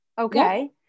okay